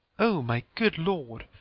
o, my good lord,